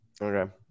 Okay